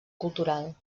cultural